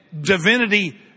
divinity